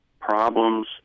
problems